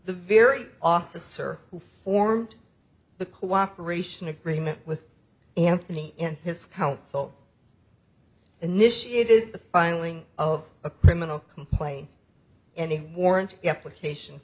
the very officer who formed the cooperation agreement with anthony and his counsel initiated the finally of a criminal complaint any warrant yep location